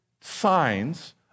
signs